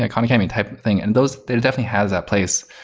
and khan academy type thing, and those there definitely has that place.